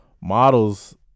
models